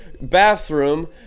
bathroom